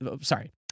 sorry